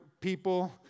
people